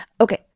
Okay